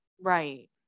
Right